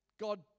God